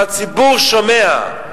והציבור שומע.